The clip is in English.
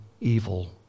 evil